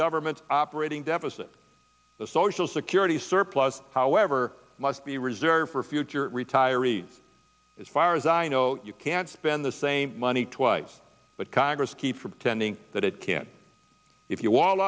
government's operating deficit the social security surplus however must be reserved for future retirees as far as i know you can spend the same money twice but congress keep pretending that it can if you wall